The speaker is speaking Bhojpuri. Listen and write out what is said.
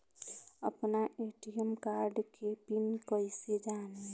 आपन ए.टी.एम कार्ड के पिन कईसे जानी?